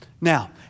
Now